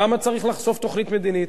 למה צריך לחשוף תוכנית מדינית?